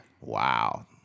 Wow